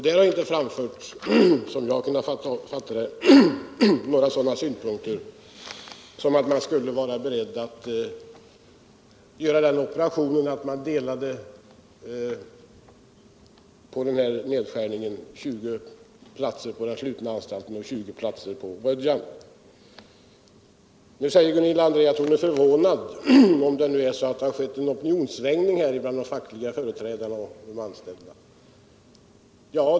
Där har inte framförts, som jag har fattat det, några sådana synpunkter som går ut på att man skulle vara beredd att göra operationen att dela på nedskärningen: 20 platser på den slutna anstalten och 20 på Rödjan. Nu säger Gunilla André att hon är förvånad om det har skett en opinionssvängning bland de fackliga företrädarna och de anställda.